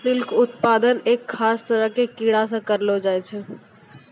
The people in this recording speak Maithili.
सिल्क उत्पादन एक खास तरह के कीड़ा सॅ करलो जाय छै